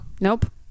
Nope